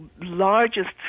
largest